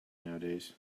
nowadays